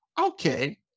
Okay